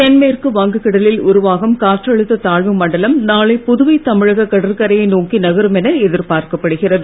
தென்மேற்கு வங்கக்கடலில் உருவாகும் காற்றழுத்த தாழ்வு மண்டலம் நாளை புதுவை தமிழக கடற்கரையை நோக்கி நகரும் என எதிர்பார்க்கப்படுகிறது